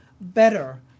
better